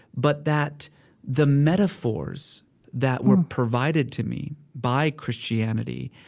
but that the metaphors that were provided to me by christianity,